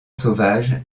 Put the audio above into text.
sauvage